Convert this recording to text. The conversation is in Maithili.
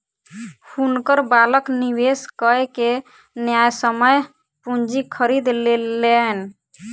हुनकर बालक निवेश कय के न्यायसम्य पूंजी खरीद लेलैन